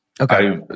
Okay